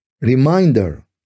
reminder